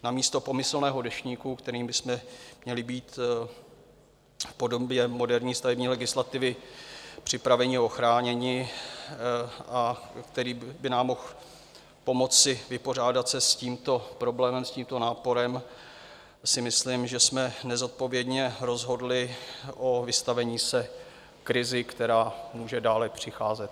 Namísto pomyslného deštníku, kterým bychom měli být v podobě moderní stavební legislativy připraveni, ochráněni a který by nám mohl pomoci vypořádat se s tímto problémem, s tímto náporem, si myslím, že jsme nezodpovědně rozhodli o vystavení se krizi, která může dále přicházet.